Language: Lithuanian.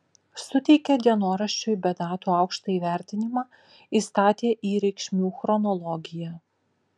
suteikė dienoraščiui be datų aukštą įvertinimą įstatė į reikšmių chronologiją